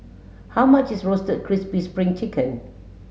how much is Roasted Crispy Spring Chicken